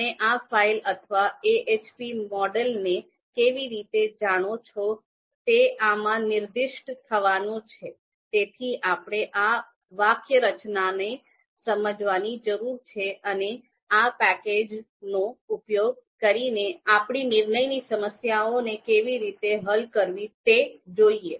તમે આ ફાઇલ અથવા AHP મોડેલને કેવી રીતે જાણો છો તે આમાં નિર્દિષ્ટ થવાનું છે તેથી આપણે આ વાક્યરચનાને સમજવાની જરૂર છે અને આ પેકેજનો ઉપયોગ કરીને આપણી નિર્ણયની સમસ્યાઓને કેવી રીતે હલ કરવી તે જોઈએ